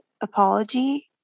apology